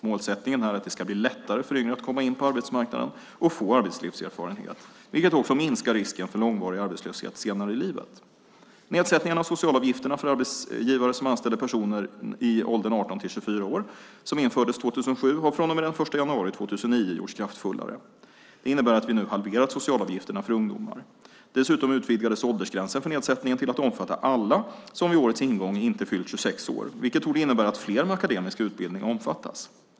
Målsättningen är att det ska bli lättare för yngre att komma in på arbetsmarknaden och få arbetslivserfarenhet, vilket också minskar risken för långvarig arbetslöshet senare i livet. Nedsättningen av socialavgifterna för arbetsgivare som anställer personer i åldern 18-24 år, som infördes 2007, har från och med den 1 januari 2009 gjorts kraftfullare. Det innebär att vi nu halverat socialavgifterna för ungdomar. Dessutom utvidgades åldersgränsen för nedsättningen till att omfatta alla som vid årets ingång inte fyllt 26 år, vilket torde innebära att fler med akademisk utbildning omfattas.